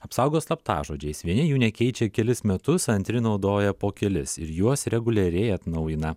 apsaugo slaptažodžiais vieni jų nekeičia kelis metus antri naudoja po kelis ir juos reguliariai atnaujina